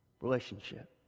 Relationship